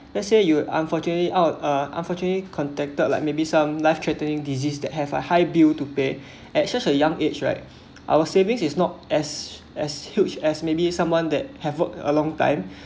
let's say you unfortunately out uh unfortunately contacted like maybe some life threatening disease that have a high bill to pay at such a young age right our savings is not as as huge as maybe someone that have worked a long time